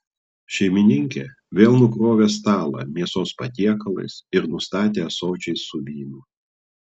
šeimininkė vėl nukrovė stalą mėsos patiekalais ir nustatė ąsočiais su vynu